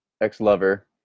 ex-lover